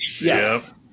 Yes